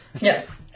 yes